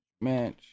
Match